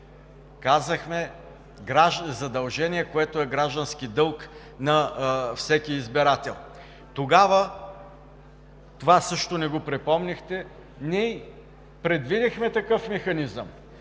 Казахме: задължение, което е граждански дълг на всеки избирател! Тогава това също ни го припомнихте. Ние предвидихме такъв механизъм.